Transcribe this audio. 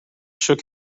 shook